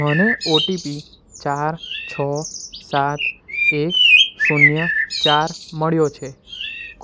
મને ઓટીપી ચાર છ સાત એક શૂન્ય ચાર મળ્યો છે